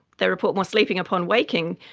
they report more sleeping upon waking,